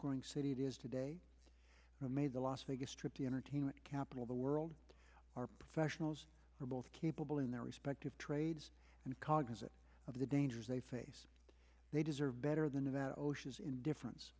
growing city it is today may the las vegas strip the entertainment capital of the world our professionals are both capable in their respective trades and cognizant of the dangers they face they deserve better than about osha's indifference